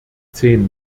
zehn